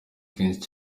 kenshi